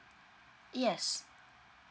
yes